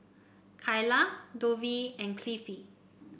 Kylah Dovie and Cliffie